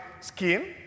skin